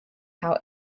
how